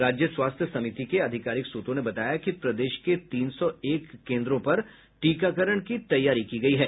राज्य स्वास्थ्य समिति के आधिकारिक सूत्रों ने बताया कि प्रदेश के तीन सौ एक केन्द्रों पर टीकाकरण की तैयारी की गयी है